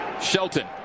Shelton